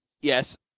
Yes